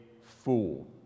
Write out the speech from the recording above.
fool